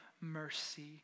mercy